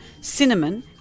cinnamon